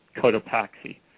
Cotopaxi